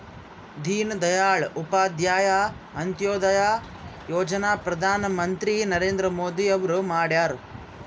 ದೀನ ದಯಾಳ್ ಉಪಾಧ್ಯಾಯ ಅಂತ್ಯೋದಯ ಯೋಜನಾ ಪ್ರಧಾನ್ ಮಂತ್ರಿ ನರೇಂದ್ರ ಮೋದಿ ಅವ್ರು ಮಾಡ್ಯಾರ್